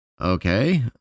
okay